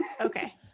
Okay